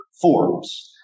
forms